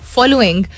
Following